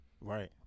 Right